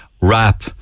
rap